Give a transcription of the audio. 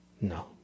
No